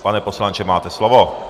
Pane poslanče, máte slovo.